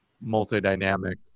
multi-dynamic